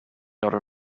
other